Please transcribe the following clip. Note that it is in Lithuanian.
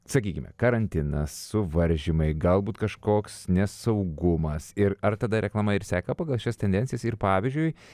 sakykime karantinas suvaržymai galbūt kažkoks nesaugumas ir ar tada reklama ir seka pagal šias tendencijas ir pavyzdžiui